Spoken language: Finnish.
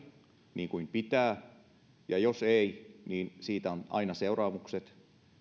niin kuin pitää ja jos ei niin siitä on aina seuraamukset